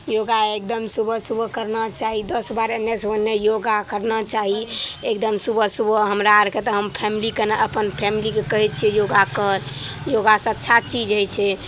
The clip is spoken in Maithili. योगा एगदम सुबह सुबह करना चाही दस बार एन्नेसे ओन्ने योगा करना चाही एगदम सुबह सुबह हमरा आओरके तऽ हम फैमिलीकन अपन फैमिलीकेँ कहै छिए योगा कर योगासे अच्छा चीज होइ छै